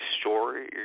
story